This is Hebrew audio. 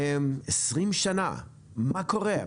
20 שנה, מה קורה?